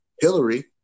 Hillary